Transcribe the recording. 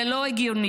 זה לא הגיוני.